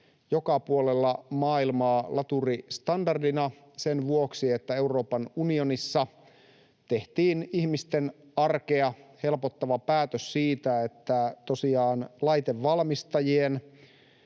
joka puolella maailmaa laturistandardina sen vuoksi, että Euroopan unionissa tehtiin ihmisten arkea helpottava päätös siitä, että tosiaan laitevalmistajien